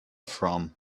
from